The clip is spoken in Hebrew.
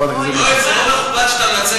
יואל, זה לא מכובד שאתה מנצל את,